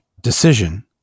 decision